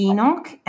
Enoch